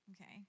Okay